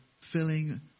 filling